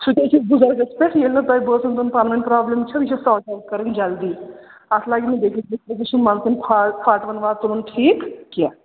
سُہ تہِ ہے چھِ ییٚلہِ نہٕ تۄہہِ بٲژَن دۄن پانہٕ ؤنۍ پرٛابلِم چھَو یہِ کَرٕنۍ جلدی اَتھ لَگہِ نہٕ بیٚیہِ کِس چھِنہٕ مگزَن پاٹھ پاٹھوَن واد تُلُن ٹھیٖک کینٛہہ